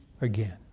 again